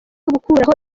gukuraho